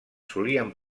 solien